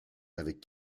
avec